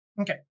Okay